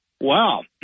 Wow